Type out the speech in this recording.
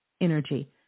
energy